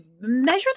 measure